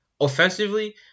offensively